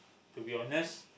to be honest